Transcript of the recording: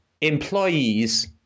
Employees